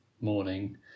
morning